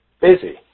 Busy